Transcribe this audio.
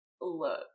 look